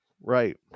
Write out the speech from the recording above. Right